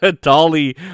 dolly